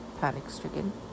panic-stricken